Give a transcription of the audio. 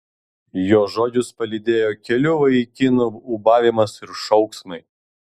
jo žodžius palydėjo kelių vaikinų ūbavimas ir šauksmai